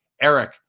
Eric